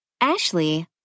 Ashley